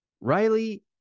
Riley